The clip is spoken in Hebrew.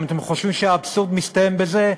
אם אתם חושבים שהאבסורד מסתיים בזה,